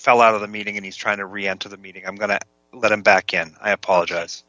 fell out of the meeting and he's trying to react to the meeting i'm going to let him back and i apologize